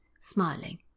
smiling